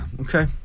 okay